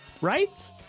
right